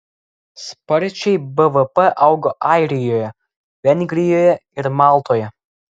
sparčiai bvp augo airijoje vengrijoje ir maltoje